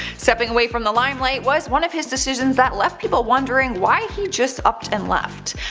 stepping away from the limelight was one of his decisions that left people wondering why he just upped and left.